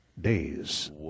days